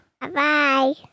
Bye-bye